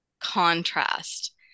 contrast